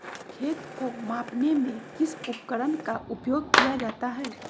खेत को मापने में किस उपकरण का उपयोग किया जाता है?